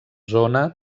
zona